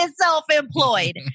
self-employed